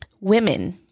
women